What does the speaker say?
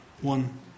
one